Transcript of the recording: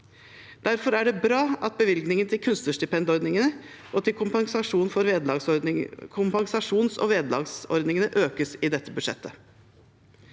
Derfor er det bra at bevilgningen til kunstnerstipendordningen og til kompensasjons- og vederlagsordningene økes i dette budsjettet.